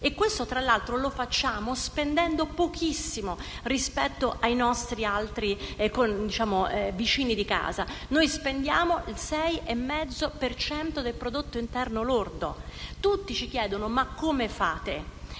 Questo tra l'altro lo facciamo spendendo pochissimo rispetto ai nostri altri vicini di casa: noi spendiamo il 6,5 per cento del prodotto interno lordo. Tutti ci chiedono: ma come fate?